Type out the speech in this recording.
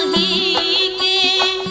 e